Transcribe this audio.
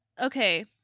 Okay